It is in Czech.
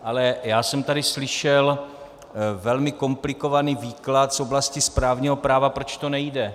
Ale já jsem tady slyšel velmi komplikovaný výklad z oblasti správního práva, proč to nejde.